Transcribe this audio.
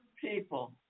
people